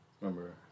remember